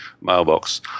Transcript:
mailbox